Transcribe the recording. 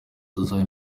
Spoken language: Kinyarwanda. tuzabe